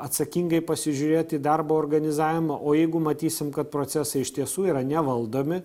atsakingai pasižiūrėti į darbo organizavimą o jeigu matysim kad procesai iš tiesų yra nevaldomi